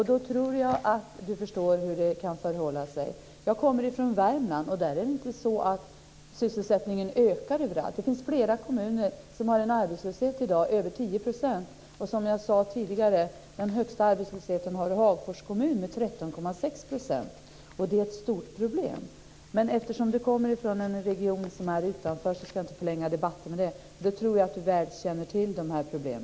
Då tror jag att jag förstår hur det kan förhålla sig. Jag kommer från Värmland, men där ökar inte sysselsättningen överallt. Det finns flera kommuner som har en arbetslöshet som ligger på över 10 % i dag. Som jag sade tidigare är det Hagfors som har den största arbetslösheten, 13,6 %, och det är ett stort problem. Men eftersom Sven-Erik Österberg kommer från en region som ligger utanför ska jag inte förlänga debatten med den diskussionen. Men jag tror att Sven-Erik Österberg väl känner till dessa problem.